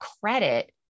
credit